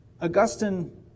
Augustine